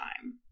time